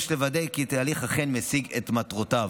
יש לוודא כי התהליך אכן משיג את מטרותיו,